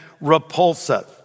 repulsive